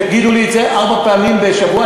תגידו לי את זה ארבע פעמים בשבוע,